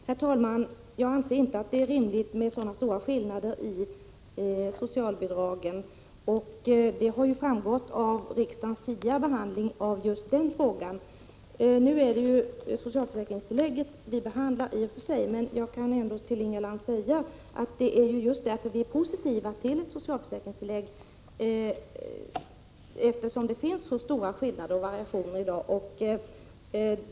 Herr talman! Jag anser inte att det är rimligt med så stora skillnader i socialbidrag. Det har också framgått av riksdagens tidigare behandling av just den frågan. Nu är det i och för sig socialförsäkringstillägget vi behandlar, men jag kan ändå säga till Inga Lantz att vi är positiva till ett socialförsäkringstillägg just eftersom det finns så stora skillnader och variationer i dag.